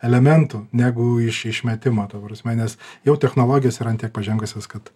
elementų negu iš išmetimo ta prasme nes jau technologijos yra an tiek pažengusios kad